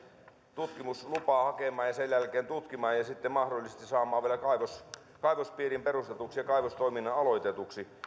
tutkimuslupaa hakemaan ja sen jälkeen tutkimaan ja sitten mahdollisesti saamaan vielä kaivospiirin perustetuksi ja kaivostoiminnan aloitetuksi